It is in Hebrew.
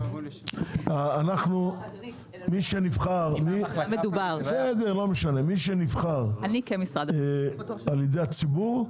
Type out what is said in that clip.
אנחנו מי שנבחר על ידי הציבור,